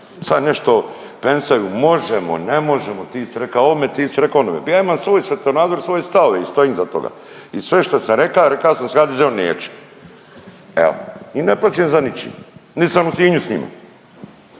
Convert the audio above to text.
sve nešto pensaju možemo, ne možemo ti si reka ovome, ti si reka onome. Pa ja imam svoj svjetonazor i svoje stavove i stojim iza toga i sve što sam reka, reka sam s HDZ-om neću. Evo i ne plačem za ničim. Nit sam u Sinju s njima.